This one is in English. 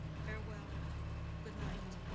farewell good night.